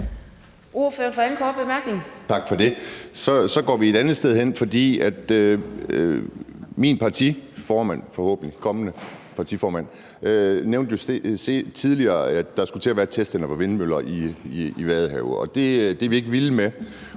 Så går vi et andet sted hen, for min forhåbentlig kommende partiformand nævnte jo tidligere, at der skulle til at være test af nogle vindmøller i Vadehavet, og det er vi ikke vilde med,